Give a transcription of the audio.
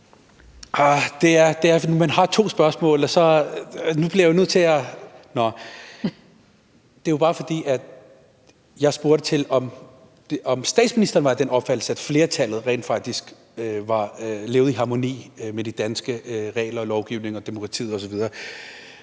Jeg har jo to spørgsmål, men nu bliver jeg nødt til at gentage: Jeg spurgte til, om statsministeren var af den opfattelse, at flertallet rent faktisk levede i harmoni med de danske regler, lovgivningen, demokratiet osv.